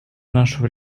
нашего